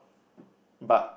but